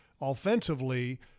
Offensively